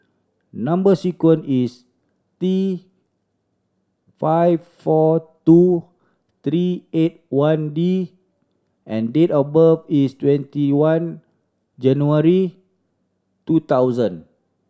number sequence is T five four two three eight one D and date of birth is twenty one January two thousand